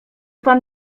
pan